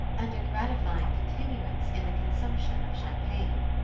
and a gratifying continuance in the consumption of champagne.